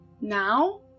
Now